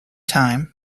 time